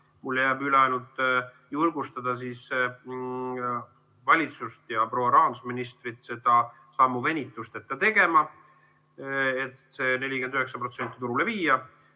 Mul jääb üle ainult julgustada valitsust ja proua rahandusministrit seda sammu venitusteta tegema, et 49% turule viia